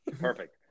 Perfect